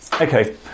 Okay